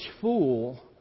fool